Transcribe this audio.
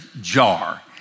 jar